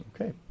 Okay